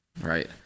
Right